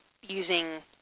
using